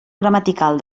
gramatical